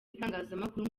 itangazamakuru